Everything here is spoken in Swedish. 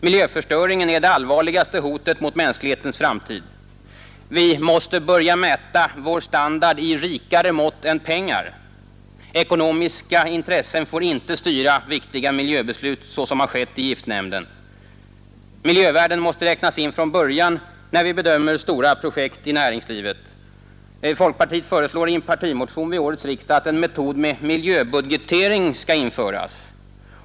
Miljöförstöringen är det allvarligaste hotet mot mänsklighetens framtid. Vi måste börja mäta vår standard i rikare mått än pengar. Ekonomiska intressen får inte styra viktiga miljöbeslut så som har skett i giftnämnden. Miljövärden måste räknas in från början när vi bedömer stora projekt i näringslivet. Folkpartiet föreslår i en partimotion vid årets riksdag att en metod med miljöbudgetering skall införas.